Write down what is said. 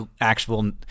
actual